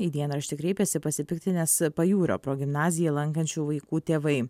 į dienraštį kreipėsi pasipiktinęs pajūrio progimnaziją lankančių vaikų tėvai